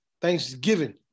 Thanksgiving